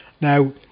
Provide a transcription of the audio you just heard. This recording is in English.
Now